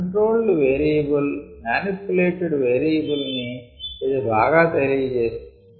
controlled variable manipulated variable ని ఇది బాగా తెలియ చేస్తోంది